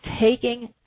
taking